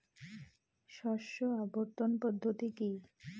শস্য আবর্তন পদ্ধতি কি?